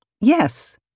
Yes